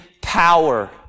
power